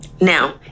Now